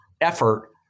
effort